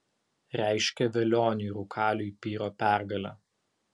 reiškia velioniui rūkaliui pyro pergalę